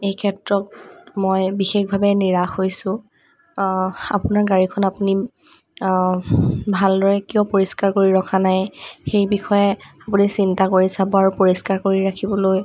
এই ক্ষেত্ৰত মই বিশেষভাৱে নিৰাশ হৈছোঁ আপোনাৰ গাড়ীখন আপুনি ভালদৰে কিয় পৰিষ্কাৰ কৰি ৰখা নাই সেই বিষয়ে আপুনি চিন্তা কৰি চাব আৰু পৰিষ্কাৰ কৰি ৰাখিবলৈ